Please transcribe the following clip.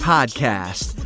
Podcast